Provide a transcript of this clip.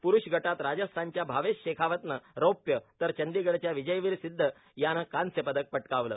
प्रुष गटात राजस्थानच्या भावेश शेखावतनं रौप्य तर चंदिगढच्या विजयवीर सिद्ध यानं कांस्य पदक जिंकलं